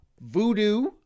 voodoo